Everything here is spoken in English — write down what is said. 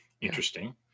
Interesting